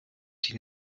die